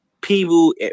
people